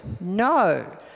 No